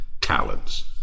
talents